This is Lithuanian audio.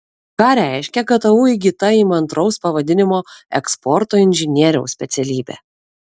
ką reiškia ktu įgyta įmantraus pavadinimo eksporto inžinieriaus specialybė